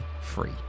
free